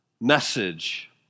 message